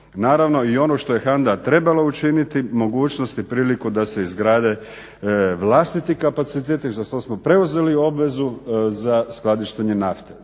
naravno i ono što je HANDA trebala učiniti, mogućnost i priliku da se izgrade vlastiti kapaciteti za što smo preuzeli obvezu za skladištenje nafte.